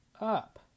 up